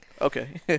Okay